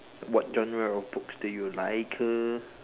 what genre of books do you like